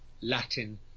Latin